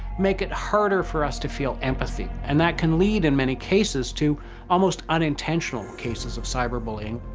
make it harder for us to feel empathy. and that can lead in many cases to almost unintentional cases of cyberbullying.